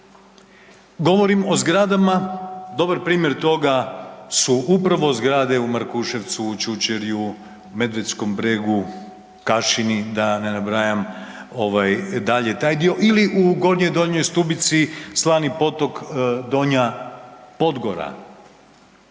govorim o zgradama, dobar primjer toga su upravo zgrade u Markuševcu, u Čučerju, Medvedskom bregu, Kašini, da ne nabrajam, ovaj, dalje taj dio, ili u Gornjoj, Donjoj Stubici, Slani potok, Donja Podgora,